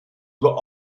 über